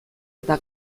eta